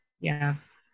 yes